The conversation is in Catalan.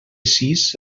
sis